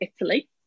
Italy